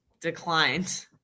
declined